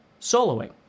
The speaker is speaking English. soloing